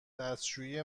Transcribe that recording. دستشویی